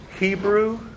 Hebrew